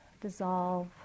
dissolve